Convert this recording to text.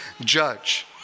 judge